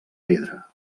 pedra